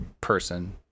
person